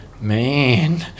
Man